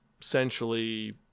essentially